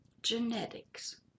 genetics